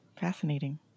fascinating